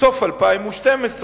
בסוף 2012,